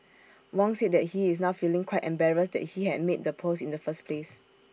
Wong said that he is now feeling quite embarrassed that he had made the post in the first place